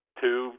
two